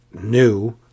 new